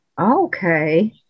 Okay